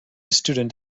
student